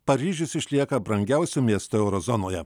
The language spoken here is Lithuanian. paryžius išlieka brangiausiu miestu euro zonoje